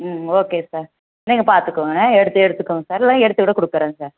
ம் okay sir நீங்கள் பார்த்துக்கோங்க எடுத்து எடுத்துக்கோங்க சார் இல்லைன்னா எடுத்துக்கூட கொடுத்துறேங்க சார்